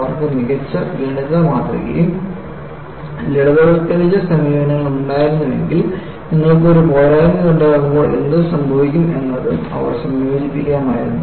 അവർക്ക് മികച്ച ഗണിത മാതൃകയും ലളിതവൽക്കരിച്ച സമീപനങ്ങളും ഉണ്ടായിരുന്നെങ്കിൽ നിങ്ങൾക്ക് ഒരു പോരായ്മയുണ്ടാകുമ്പോൾ എന്തു സംഭവിക്കുമെന്നതും അവർ സംയോജിപ്പിക്കുമായിരുന്നു